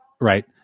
right